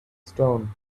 stone